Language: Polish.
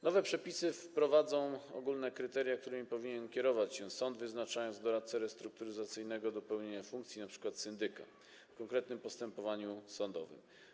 Nowe przepisy wprowadzą ogólne kryteria, którymi powinien kierować się sąd, wyznaczając doradcę restrukturyzacyjnego do pełnienia funkcji np. syndyka w konkretnym postępowaniu sądowym.